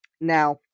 now